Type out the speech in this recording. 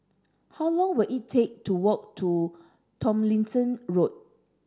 how long will it take to walk to Tomlinson Road